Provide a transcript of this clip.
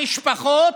המשפחות,